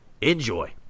Enjoy